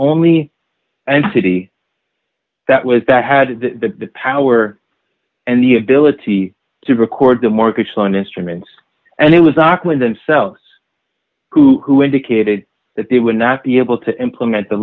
only entity that was that had the power and the ability to record the mortgage loan instruments and it was auckland themselves who indicated that they would not be able to implement the